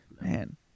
man